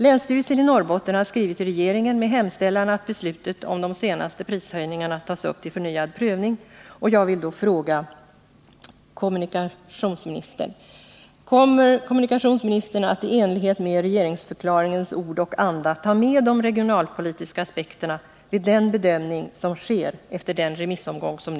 Länsstyrelsen i Norrbotten har skrivit till regeringen med hemställan att beslutet om de senaste prishöjningarna tas upp till förnyad prövning, och jag vill därför fråga kommunikationsministern: Kommer kommunikationsministern att i enlighet med regeringsförklaringens ord och anda ta med de regionalpolitiska aspekterna vid den bedömning som kommer att göras efter remissomgången?